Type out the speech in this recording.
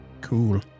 Cool